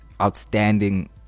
outstanding